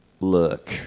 Look